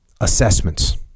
assessments